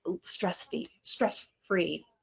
stress-free